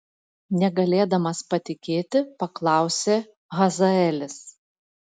negalėdamas patikėti paklausė hazaelis